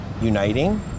uniting